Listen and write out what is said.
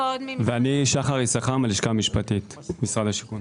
אני מהלשכה המשפטית, משרד השיכון.